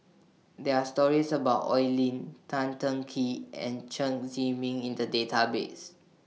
There Are stories about Oi Lin Tan Teng Kee and Chen Zhiming in The Database